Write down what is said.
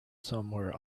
somewhere